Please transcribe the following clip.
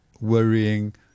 worrying